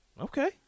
Okay